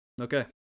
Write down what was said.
Okay